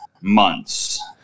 months